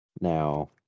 now